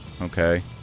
Okay